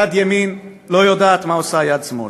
יד ימין לא יודעת מה עושה יד שמאל.